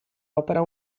opera